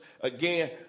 again